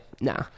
Nah